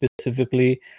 specifically